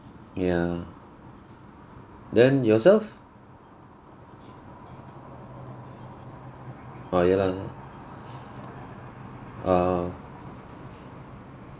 ya then yourself oh ya lah ya lah orh